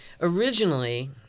originally